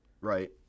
Right